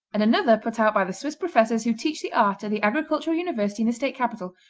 and another put out by the swiss professors who teach the art at the agricultural university in the state capital,